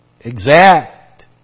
Exact